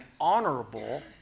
honorable